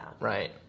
Right